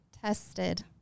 tested